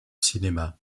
cinéma